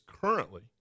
currently